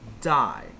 die